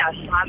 Yes